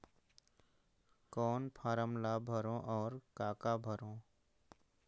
कौन फारम ला भरो और काका भरो?